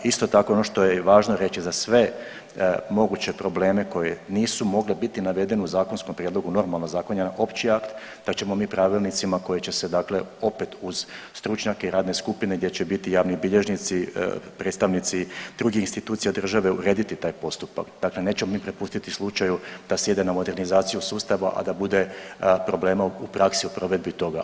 Isto tako ono što je važno reći za sve moguće probleme koji nisu mogli biti navedeni u zakonskom prijedlogu, normalno zakon je jedan opći akt, da ćemo mi pravilnicima koji će se dakle opet uz stručnjake i radne skupine gdje će biti javni bilježnici i predstavnici drugih institucija države urediti taj postupak, dakle nećemo mi prepustiti slučaju da se ide na modernizaciju sustava, a da bude problema u praksi u provedbi toga.